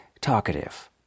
talkative